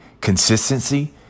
consistency